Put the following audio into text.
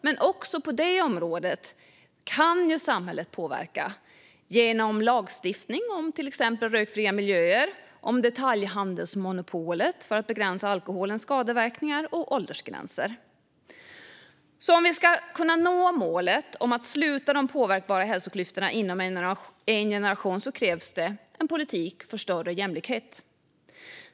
Men också på det området kan samhället påverka genom lagstiftning om till exempel rökfria miljöer, detaljhandelsmonopolet för att begränsa alkoholens skadeverkningar och åldersgränser. Om vi ska kunna nå målet om att sluta de påverkbara hälsoklyftorna inom en generation krävs det en politik för större jämlikhet.